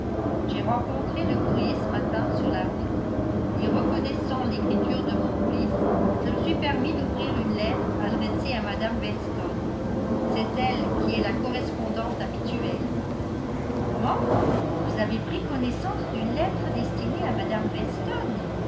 j'ai rencontré le courrier ce matin sur la route et reconnaissant l'écriture de mon fils je me suis permis d'ouvrir une lettre adressée à mme weston c'est elle qui est la correspondante habituelle comment vous avez pris connaissance d'une lettre destinée à mme weston